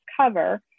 cover